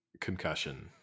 concussion